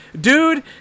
dude